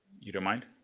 you don't mind?